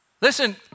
Listen